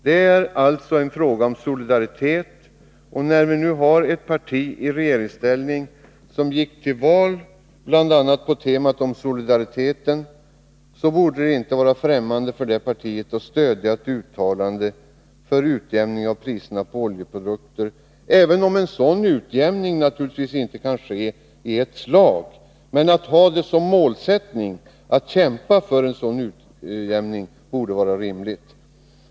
Det är alltså en fråga om solidaritet, och när vi nu har ett parti i regeringsställning som gick till val bl.a. på temat om solidaritet, borde det inte vara främmande för det partiet att stödja ett uttalande för utjämning av priserna på oljeprodukter, även om en sådan utjämning naturligtvis inte kan skeii ett slag. Att kämpa för en sådan utjämning och ha den som målsättning borde vara rimligt.